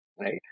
right